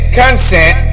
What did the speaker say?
consent